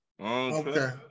Okay